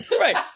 Right